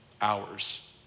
hours